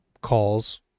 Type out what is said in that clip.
calls